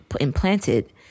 implanted